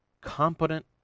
competent